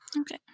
Okay